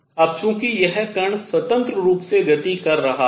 अब चूंकि यह कण स्वतंत्र रूप से गति कर रहा है